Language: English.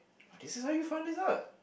!wah! this is how you found this out